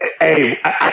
Hey